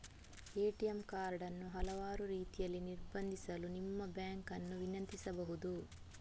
ATM card ಅನ್ನು ಹಲವಾರು ರೀತಿಯಲ್ಲಿ ನಿರ್ಬಂಧಿಸಲು ನಿಮ್ಮ ಬ್ಯಾಂಕ್ ಅನ್ನು ವಿನಂತಿಸಬಹುದು